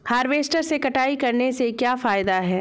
Harvester से कटाई करने से क्या फायदा है?